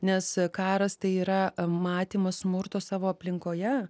nes karas tai yra matymas smurto savo aplinkoje